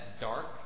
dark